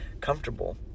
comfortable